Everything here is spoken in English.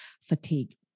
fatigue